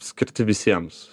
skirti visiems